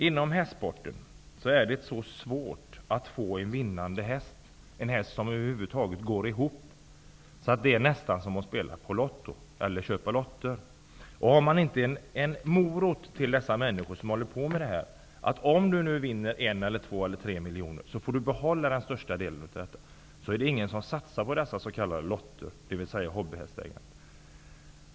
Inom hästsporten är det så svårt att få en vinnande häst eller en häst som över huvud taget går ihop, att det nästan är som att spela på Lotto eller att köpa lotter. Om de människor som håller på med denna sport inte har en morot som innebär att de om de vinner 1, 2 eller 3 miljoner, får behålla största delen av dessa pengar, är det ingen som satsar på dessa s.k.